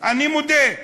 אני מודה.